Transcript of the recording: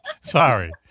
sorry